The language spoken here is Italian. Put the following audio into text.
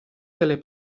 delle